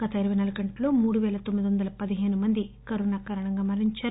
గత ఇరవై నాలుగు గంటల్లో మూడు వేల తొమ్మిదివందల పదిహేను మంది మరణించారు